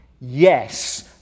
Yes